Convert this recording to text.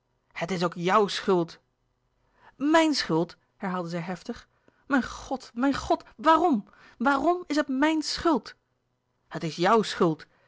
het is ook jouw schuld mijn schuld herhaalde zij heftig mijn god mijn god waarom waarom is het mijn schuld het is jouw schuld